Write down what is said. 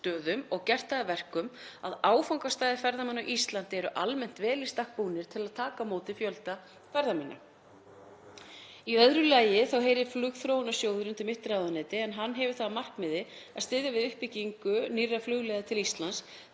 og gert það að verkum að áfangastaðir ferðamanna á Íslandi eru almennt vel í stakk búnir til að taka á móti fjölda ferðamanna. Í öðru lagi heyrir flugþróunarsjóður undir mitt ráðuneyti en hann hefur það að markmiði að styðja við uppbyggingu nýrra flugleiða til Íslands